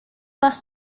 bus